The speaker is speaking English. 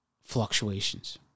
fluctuations